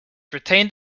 retained